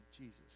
Jesus